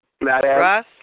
Russ